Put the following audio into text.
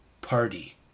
Party